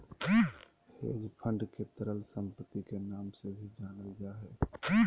hedge fund के तरल सम्पत्ति के नाम से भी जानल जा हय